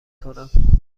کنم